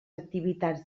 activitats